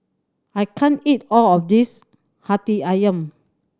I can't eat all of this Hati Ayam